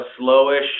slowish